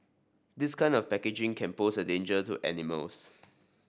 this kind of packaging can pose a danger to animals